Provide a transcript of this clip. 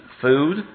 food